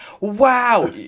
wow